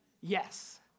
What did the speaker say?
yes